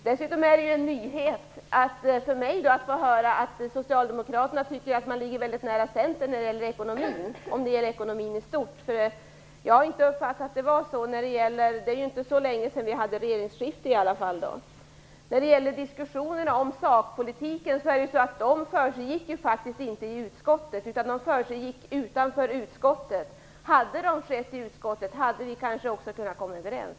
Dessutom är det en nyhet för mig att få höra att socialdemokraterna tycker att man ligger mycket nära Centern när det gäller ekonomin, om det gäller ekonomin i stort. Jag har inte uppfattat att det var så. Det är i alla fall inte så länge sedan vi hade regeringsskifte. Diskussionerna om sakpolitiken försiggick faktiskt inte i utskottet, de försiggick utanför utskottet. Hade de skett i utskottet, hade vi kanske också kunnat komma överens.